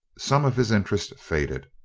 some of his interest faded.